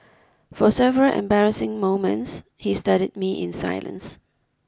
for several embarrassing moments he studied me in silence